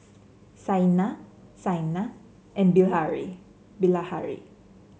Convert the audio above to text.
Saina Saina and Bilahari